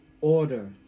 order